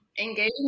engagement